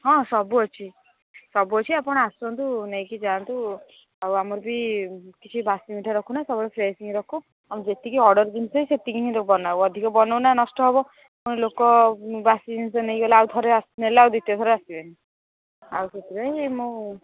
ହଁ ସବୁ ଅଛି ସବୁ ଅଛି ଆପଣ ଆସନ୍ତୁ ନେଇକି ଯାଆନ୍ତୁ ଆଉ ଆମର ବି କିଛି ବାସି ମିଠା ରଖୁନା ସବୁବେଳେ ଫ୍ରେଶ୍ ହିଁ ରଖୁ ଆମ ଯେତିକି ଅର୍ଡ଼ର ଜିନିଷ ସେତିକି ହିଁ ବନାଉ ଅଧିକ ବନଉନା ନଷ୍ଟ ହବ ପୁଣି ଲୋକ ବାସି ଜିନିଷ ନେଇଗଲେ ଆଉଥରେ ଆସିବେ ନା ଆଉ ଦ୍ୱିତୀୟ ଥର ଆସିବେନି ଆଉ ସେଥିପାଇଁ ମୁଁ